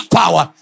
power